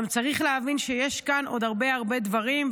גם צריך להבין שיש כאן עוד הרבה הרבה דברים.